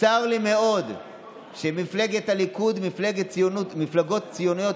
"צר לי מאוד שמפלגת הליכוד ומפלגות ציוניות